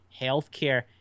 healthcare